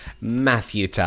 Matthew